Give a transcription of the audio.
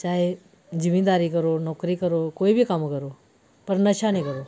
चाहे जिमीदारी करो नौकरी करो कोई बी कम्म करो पर नशा नेईं करो